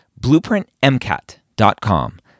BlueprintMCAT.com